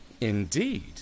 Indeed